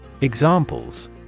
Examples